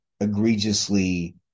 egregiously